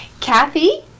Kathy